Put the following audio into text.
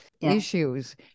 issues